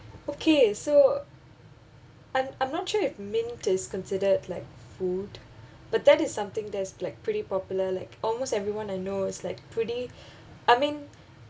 okay so I'm I'm not sure if mint is considered like food but that is something that's like pretty popular like almost everyone I know is like pretty I mean